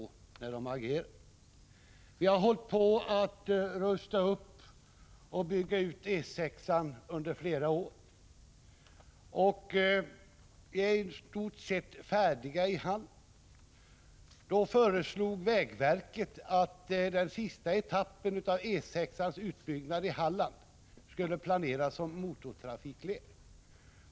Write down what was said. Vi har under flera år hållit på att rusta upp och bygga ut väg E 6 och är i stort sett färdiga och i hamn med detta. Vägverket föreslog emellertid att den sista etappen av utbyggnaden av väg E 6 i Halland skulle planeras som motortrafikled.